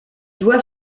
doit